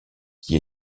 qui